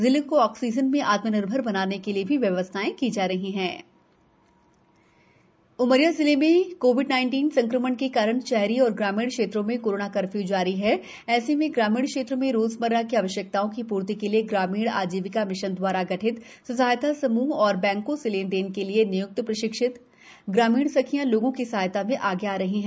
जिले को आक्सीजन में आत्मनिर्भर बनाने के लिए भी व्यवस्थाएं की जा रही अर् बैंक सखी उमरिया जिले मे कोविड संक्रमण के कारण शहरी और ग्रामीण क्षेत्रों में कोरोना कर्फ्य् जारी है ऐसे में ग्रामीण क्षेत्र में रोजमर्रा की आवश्यकताओ की पूर्ति के लिए ग्रामीण आजीविका मिशन द्वारा गठित स्व सहायता समूह और बैकों से लेन देन हेत् निय्क्त प्रशिक्षित ग्रामीण सखियां लोगो की सहायता में आगे आ रही है